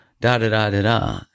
da-da-da-da-da